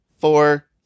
four